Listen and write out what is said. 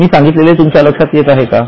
मी सांगितलेले तुमच्या लक्षात येत आहे का